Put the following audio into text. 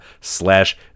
slash